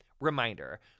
Reminder